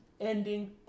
ending